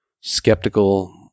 skeptical